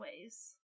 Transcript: ways